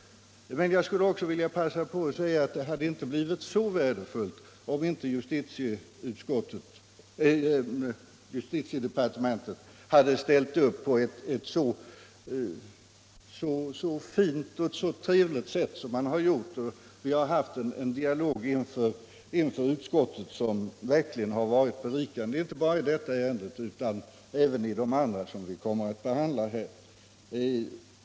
Men jag skulle också vilja passa på att säga att det var utomordentligt värdefullt att justitiedepartementet ställde upp på ett så fint och trevligt sätt som man gjorde. Vi har haft en dialog inför utskottet som verkligen varit berikande, inte bara i detta ärende utan även i de andra som vi kommer att behandla.